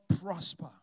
prosper